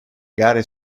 gare